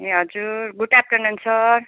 ए हजुर good afternoon sir